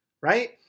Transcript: right